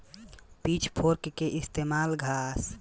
pitch fork के इस्तेमाल घास, पुआरा के बटोरे खातिर कईल जाला